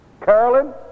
Carolyn